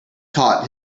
taught